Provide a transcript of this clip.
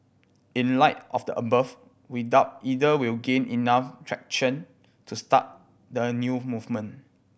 in light of the above we doubt either will gain enough traction to start a new movement